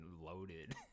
loaded